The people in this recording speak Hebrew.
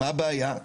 מה הבעיה?